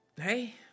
Hey